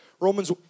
Romans